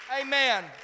Amen